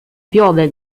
piove